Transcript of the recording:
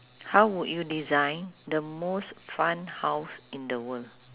how would you design the most fun house in the world